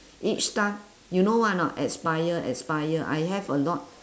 each time you know what or not expire expire I have a lot